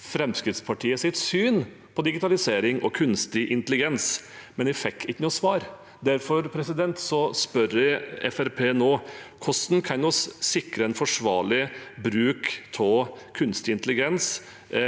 Fremskrittspartiets syn på digitalisering og kunstig intelligens, men jeg fikk ikke noe svar. Derfor spør jeg Fremskrittspartiet nå: Hvordan kan vi sikre en forsvarlig bruk av kunstig intelligens